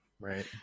right